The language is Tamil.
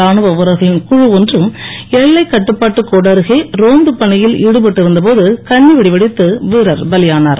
ராணுவ வீரர்களின் குழு ஒன்று எல்லைக் கட்டுப்பாட்டு கோடு அருகே ரோந்துப் பணியில் ஈடுபட்டு இருந்த போது கன்னிவெடி வெடித்து வீரர் பலியானார்